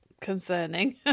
concerning